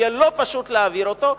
יהיה לא פשוט להעביר אותו,